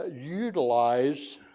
utilize